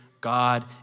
God